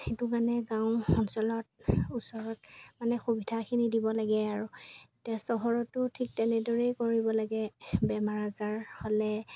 সেইটো কাৰণে গাঁও অঞ্চলত ওচৰত মানে সুবিধাখিনি দিব লাগে আৰু এতিয়া চহৰতো ঠিক তেনেদৰেই কৰিব লাগে বেমাৰ আজাৰ হ'লে